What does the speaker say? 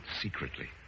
secretly